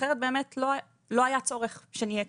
אחרת באמת לא היה צורך שנהיה כאן.